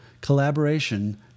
collaboration